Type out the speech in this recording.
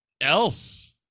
else